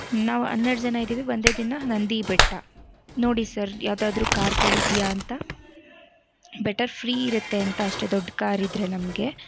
ನಾವು ಹನ್ನೆರಡು ಜನ ಇದ್ದೀವಿ ಒಂದೇ ದಿನ ನಂದಿ ಬೆಟ್ಟ ನೋಡಿ ಸರ್ ಯಾವುದಾದ್ರೂ ಕಾರುಗಳು ಇದೆಯಾ ಅಂತ ಬೆಟರ್ ಫ್ರೀ ಇರುತ್ತೆ ಅಂತ ಅಷ್ಟೇ ದೊಡ್ಡ ಕಾರ್ ಇದ್ದರೆ ನಮಗೆ